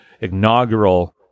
inaugural